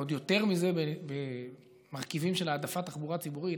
ועוד יותר מזה במרכיבים של העדפת תחבורה ציבורית,